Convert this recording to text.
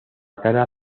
cara